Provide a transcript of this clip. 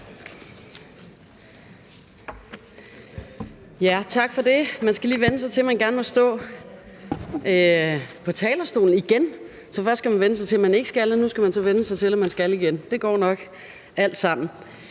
Tak for det. Man skal lige vænne sig til, at man gerne må stå på talerstolen igen. Først skal man vænne sig til, at man ikke skal, og nu skal man så vænne sig til, at man skal igen. Det går nok alt sammen.